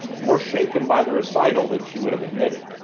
more shaken by the recital than she would have admitted.